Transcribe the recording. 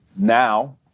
now